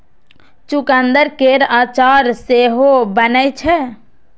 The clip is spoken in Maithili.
चुकंदर केर अचार सेहो बनै छै